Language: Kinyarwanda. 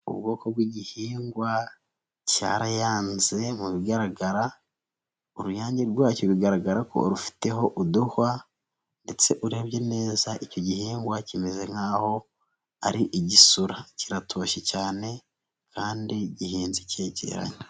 Ubwoko bw'igihingwa cyarayanze mu bigaragara uruyange rwacyo bigaragara ko rufiteho uduhwa ndetse urebye neza icyo gihingwa kimeze nk'aho ari igisura, kiratoshye cyane kandi gihinze cyegeranye.